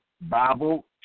Bible